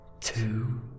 two